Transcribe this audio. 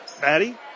Maddie